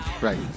right